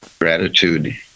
Gratitude